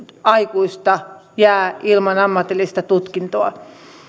aikuista jää ilman ammatillista tutkintoa